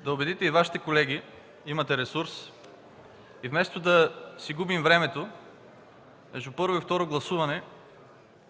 да убедите и Вашите колеги. Имате ресурс и вместо да си губим времето между първо и второ гласуване,